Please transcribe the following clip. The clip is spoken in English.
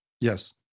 Yes